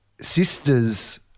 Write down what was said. sister's